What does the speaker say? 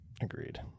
Agreed